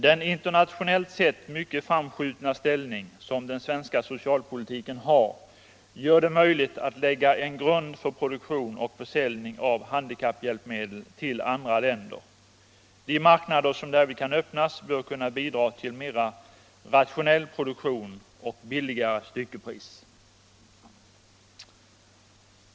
Den internationellt sett mycket framskjutna ställning som den svenska socialpolitiken har gör det möjligt att lägga en grund för produktion och försäljning av handikapphjälpmedel till andra länder. De marknader som därvid kan öppnas bör kunna bidra till mera rationell produktion och lägre styckepris.